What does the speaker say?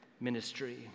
ministry